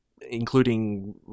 including